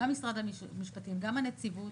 גם משרד המשפטים, גם הנציבות,